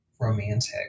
romantic